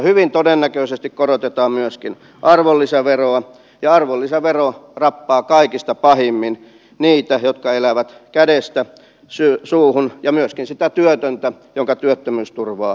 hyvin todennäköisesti korotetaan myöskin arvonlisäveroa ja arvonlisävero rappaa kaikista pahimmin niitä jotka elävät kädestä suuhun ja myöskin sitä työtöntä jonka työttömyysturvaa nyt korotettiin